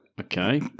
Okay